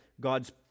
God's